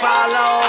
Follow